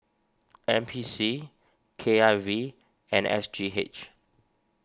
N P C K I V and S G H